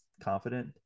confident